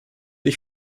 ich